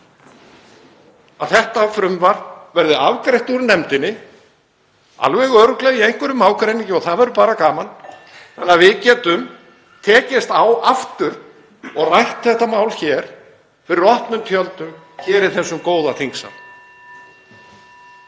að þetta frumvarp verði afgreitt úr nefndinni, alveg örugglega í einhverjum ágreiningi og það væri bara gaman, (Forseti hringir.) þannig að við getum tekist á aftur og rætt þetta mál hér fyrir opnum tjöldum í þessum góða þingsal.